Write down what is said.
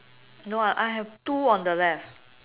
no ah I have two on the left